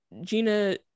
gina